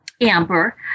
amber